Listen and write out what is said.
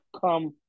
come